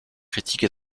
critiques